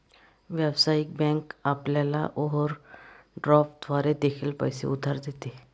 व्यावसायिक बँक आपल्याला ओव्हरड्राफ्ट द्वारे देखील पैसे उधार देते